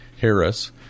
Harris